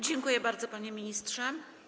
Dziękuję bardzo, panie ministrze.